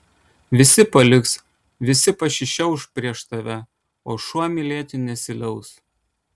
visi paliks visi pasišiauš prieš tave o šuo mylėti nesiliaus